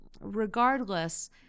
regardless